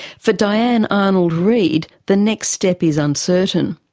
for diane arnold-reed, the next step is uncertain.